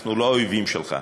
אנחנו לא האויבים שלך.